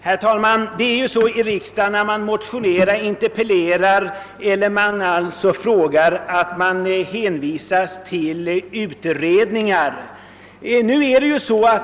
Herr talman! Det är ju så här i riksdagen att man när man motionerar, interpellerar eller ställer frågor ofta hänvisas till pågående utredningar.